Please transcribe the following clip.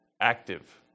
active